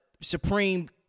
Supreme